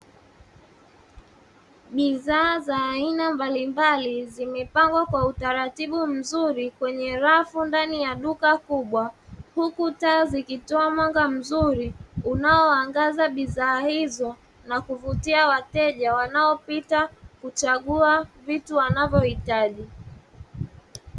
Bidhaa za aina mbalimbali zimepangwa kwa utaratibu mzuri kwenye rafu ya duka kubwa. Huku taa zikitoa mwanga mzuri unaoangza bidhaa hizo na kuvutia wanaopita katika kuchagua vitu wanavyohitaji.